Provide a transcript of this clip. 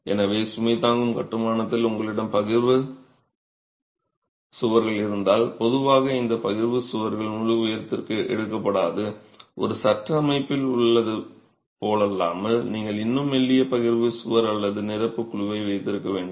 எனவே சுமை தாங்கும் கட்டுமானத்தில் உங்களிடம் பகிர்வு சுவர்கள் இருந்தால் பொதுவாக இந்த பகிர்வு சுவர்கள் முழு உயரத்திற்கு எடுக்கப்படாது ஒரு சட்ட அமைப்பில் உள்ளதைப் போலல்லாமல் நீங்கள் இன்னும் மெல்லிய பகிர்வு சுவர் அல்லது நிரப்பு குழுவை வைத்திருக்கலாம்